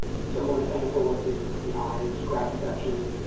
similar thing for what they did with the eyes. grab a section,